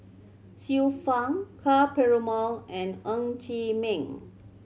Xiu Fang Ka Perumal and Ng Chee Meng